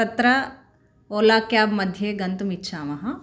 तत्र ओला क्याब्मध्ये गन्तुम् इच्छामः